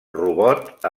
robot